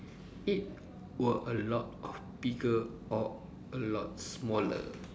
it were a lot bigger or a lot smaller